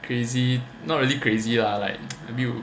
crazy not really crazy lah like maybe